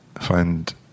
find